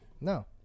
No